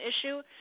issue